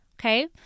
Okay